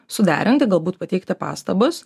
suderinti galbūt pateikta pastabas